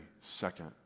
second